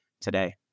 today